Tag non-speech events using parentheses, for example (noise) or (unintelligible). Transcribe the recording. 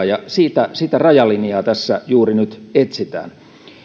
(unintelligible) ja sitä sitä rajalinjaa tässä juuri nyt etsitään